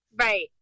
Right